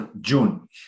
June